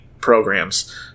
programs